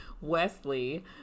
Wesley